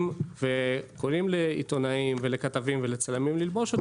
וקוראים לעיתונאים ולכתבים ולצלמים ללבוש אותם.